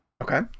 Okay